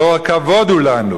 תואר כבוד הוא לנו",